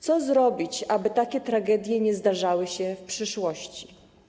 Co zrobić, aby takie tragedie nie zdarzały się w przyszłości?